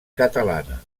catalana